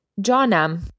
Johnam